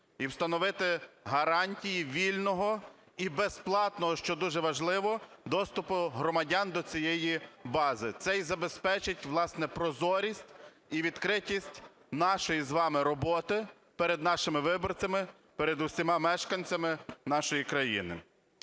і встановити гарантії вільного і безплатного, що дуже важливо, доступу громадян до цієї бази. Це і забезпечить, власне, прозорість і відкритість нашої з вами роботи перед нашими виборцями, перед усіма мешканцями нашої країни.